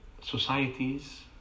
societies